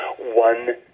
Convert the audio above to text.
One